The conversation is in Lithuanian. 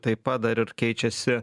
taip pat dar ir keičiasi